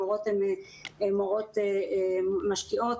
המורות הן מורות משקיעות,